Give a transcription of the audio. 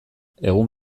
egun